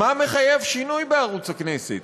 מה מחייב שינוי בערוץ הכנסת?